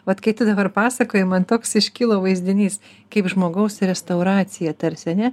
vat kai tu dabar pasakoji man toks iškilo vaizdinys kaip žmogaus restauracija tarsi ar ne